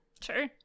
sure